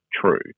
true